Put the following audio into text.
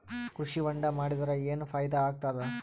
ಕೃಷಿ ಹೊಂಡಾ ಮಾಡದರ ಏನ್ ಫಾಯಿದಾ ಆಗತದ?